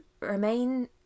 remain